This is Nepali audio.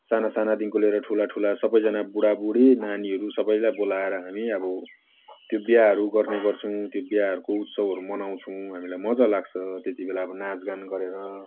साना सानादेखिन्को लिएर ठुला ठुला सबैजना बुढाबुढी नानीहरू सबैलाई बोलाएर हामी अब त्यो बिहाहरू गर्ने गर्छौँ त्यो बिहाहरूको उत्सवहरू मनाउँछौँ हामीलाई मजा लाग्छ त्यति बेला अब नाचगान गरेर